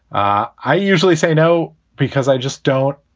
i usually say no because i just don't.